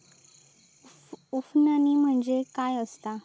उफणणी म्हणजे काय असतां?